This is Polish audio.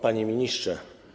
Panie Ministrze!